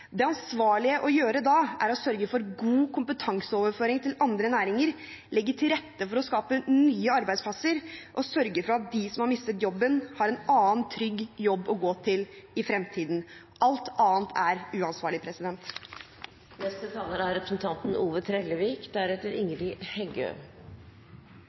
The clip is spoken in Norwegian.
Det ansvarlige å gjøre da, er å sørge for god kompetanseoverføring til andre næringer, legge til rette for å skape nye arbeidsplasser og sørge for at de som har mistet jobben, har en annen trygg jobb å gå til i fremtiden. Alt annet er uansvarlig.